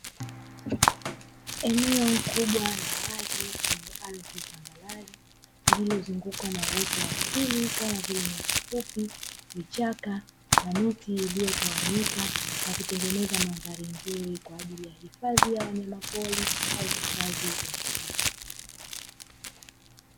Eneo kubwa la wazi lenye ardhi tambarare, lililozungukwa na uoto wa asili kama vile ni nyasi fupi, vichaka na miti iliyotawanyika na kutengeneza mandhari nzuri kwa ajili ya hifadhi ya wanyamapori au hifadhi ya msitu.